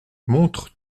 montre